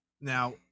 now